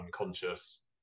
unconscious